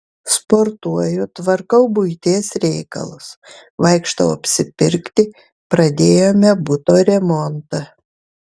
sportuoju tvarkau buities reikalus vaikštau apsipirkti pradėjome buto remontą